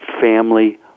family